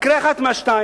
יקרה אחד מהשניים,